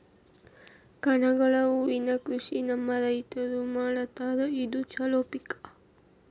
ಕನಗಲ ಹೂವಿನ ಕೃಷಿ ನಮ್ಮ ರೈತರು ಮಾಡತಾರ ಇದು ಚಲೋ ಪಿಕ